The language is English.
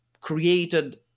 created